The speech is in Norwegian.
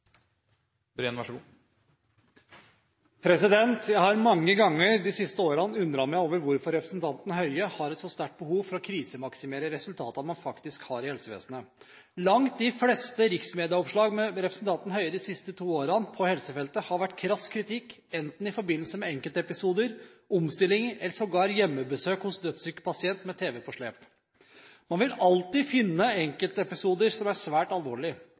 Jeg har mange ganger de siste årene undret meg over hvorfor representanten Høie har et så sterkt behov for å krisemaksimere resultatene man faktisk har i helsevesenet. Langt de fleste riksmedieoppslag på helsefeltet med representanten Høie de siste to årene har vært krass kritikk, enten i forbindelse med enkeltepisoder, omstillinger eller sågar hjemmebesøk hos dødssyk pasient, med tv på slep. Man vil alltid finne enkeltepisoder som er svært